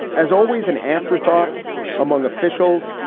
as always, an afterthought among officials.